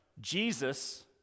Jesus